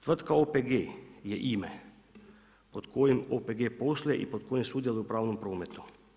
Tvrtka OPG je ime pod kojim OPG posluje i pod kojim sudjeluje u pravnom prometu.